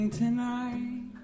tonight